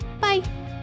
Bye